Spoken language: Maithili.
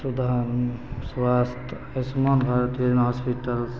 सुधार स्वास्थ्य आयुष्मान भारत योजना हॉसपिटलसे